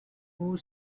more